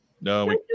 No